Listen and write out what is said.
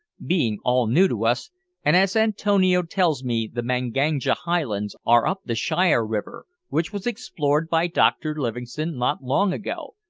being all new to us and as antonio tells me the manganja highlands are up the shire river, which was explored by dr livingstone not long ago,